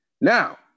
Now